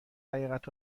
حقیقت